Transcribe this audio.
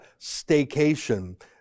staycation